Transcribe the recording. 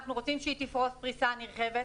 אנחנו רוצים שהיא תפרוס פריסה נרחבת.